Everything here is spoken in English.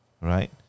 right